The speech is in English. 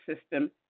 system